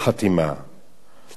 אבל אנחנו בדרך לחתימה.